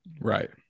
Right